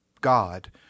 God